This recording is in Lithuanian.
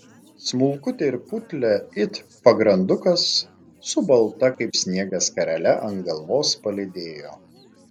smulkutę ir putlią it pagrandukas su balta kaip sniegas skarele ant galvos palydėjo